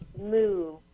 move